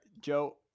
Joe